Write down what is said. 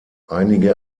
einige